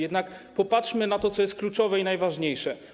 Jednak popatrzmy na to, co jest kluczowe i najważniejsze.